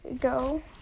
go